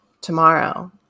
tomorrow